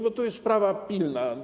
Bo to jest sprawa pilna.